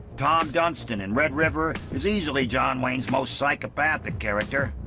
tom dunson in red river is easily john wayne's most psychopathic character.